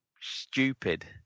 stupid